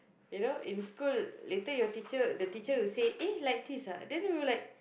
you know in school later your teacher the teacher will say eh like this ah then we will like